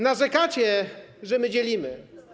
Narzekacie, że my dzielimy.